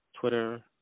Twitter